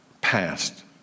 passed